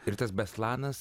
ir tas beslanas